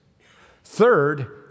Third